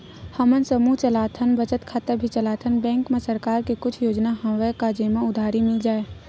हमन समूह चलाथन बचत खाता भी चलाथन बैंक मा सरकार के कुछ योजना हवय का जेमा उधारी मिल जाय?